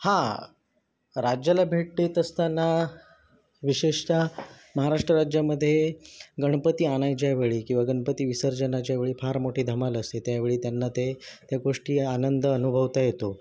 हां राज्याला भेट देत असताना विशेषतः महाराष्ट्र राज्यामध्ये गणपती आणायच्या वेळी किंवा गणपती विसर्जनाच्या वेळी फार मोठी धमाल असे त्यावेळी त्यांना ते त्या गोष्टी आनंद अनुभवता येतो